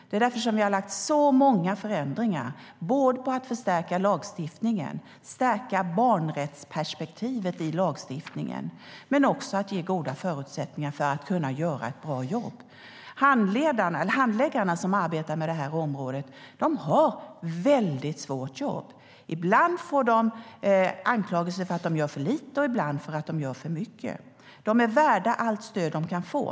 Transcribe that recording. Det är därför jag har gjort så många förändringar både när det gäller att stärka lagstiftningen och att stärka barnrättsperspektivet där och när det gäller att ge goda förutsättningar att göra ett bra jobb. De handläggare som arbetar med detta område har ett svårt jobb. Ibland anklagas de för att göra för lite och ibland för att göra för mycket. De är värda allt stöd de kan få.